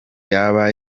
yaba